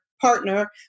partner